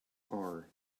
are